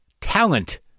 talent